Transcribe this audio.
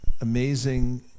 amazing